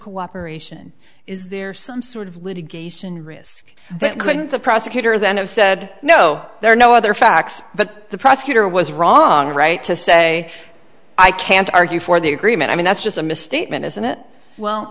cooperation is there some sort of litigation risk that going to the prosecutor then i said no there are no other facts but the prosecutor was wrong or right to say i can't argue for the agreement i mean that's just a misstatement isn't it well